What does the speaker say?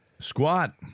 Squat